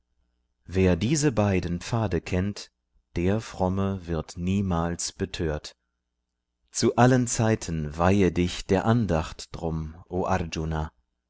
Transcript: wer diese beiden pfade kennt der fromme wird niemals betört zu allen zeiten weihe dich der andacht drum o